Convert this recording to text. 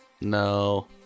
No